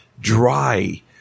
dry –